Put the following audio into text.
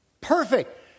Perfect